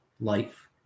life